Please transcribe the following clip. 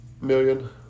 million